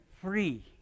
free